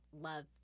love